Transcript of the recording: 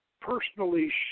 personally